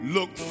Look